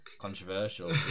controversial